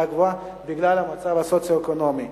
הגבוהה בגלל מצבם הסוציו-אקונומי.